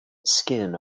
skin